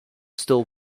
still